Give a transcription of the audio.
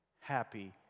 Happy